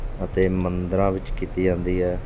ਅਤੇ ਮੰਦਰਾਂ ਵਿੱਚ ਕੀਤੀ ਜਾਂਦੀ ਹੈ